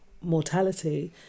mortality